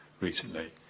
recently